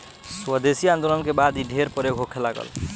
स्वदेशी आन्दोलन के बाद इ ढेर प्रयोग होखे लागल